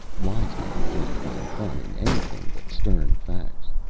wise men can't find fun in anything but stern facts.